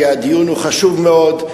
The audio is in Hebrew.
כי הדיון הוא חשוב מאוד.